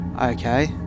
Okay